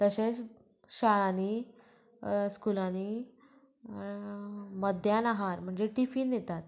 तशेंच शाळांनी स्कुलांनी मध्यान आहार म्हणजे टिफीन येतात